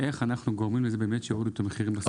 איך אנחנו גורמים לזה באמת שנוריד את המחירים?